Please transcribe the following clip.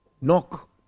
Knock